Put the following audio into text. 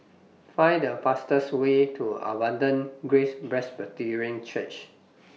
Find The fastest Way to Abundant Grace Presbyterian Church